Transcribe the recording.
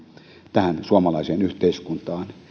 tähän suomalaiseen yhteiskuntaan